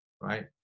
right